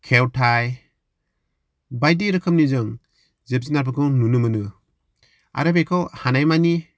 खेवथाय बायदि रोखोमनि जों जिब जुनारफोरखौ नुनो मोनो आरो बेखौ हानाय मानि